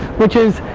which is,